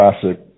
classic